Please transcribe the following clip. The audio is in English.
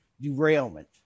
derailment